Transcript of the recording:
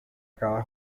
cada